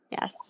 Yes